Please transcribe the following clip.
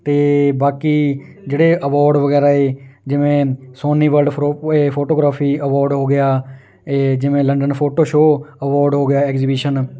ਤੇ ਬਾਕੀ ਜਿਹੜੇ ਅਵਾਰਡ ਵਗੈਰਾ ਹੈ ਜਿਵੇਂ ਸੋਨੀ ਵਰਲਡ ਫਰੋਕ ਹੋਏ ਫੋਟੋਗ੍ਰਾਫੀ ਅਵਾਰਡ ਹੋ ਗਿਆ ਇਹ ਜਿਵੇਂ ਲੰਡਨ ਫੋਟੋ ਸ਼ੋ ਅਵੋਰਡ ਹੋ ਗਿਆ ਐਗਜ਼ੀਬਿਸ਼ਨ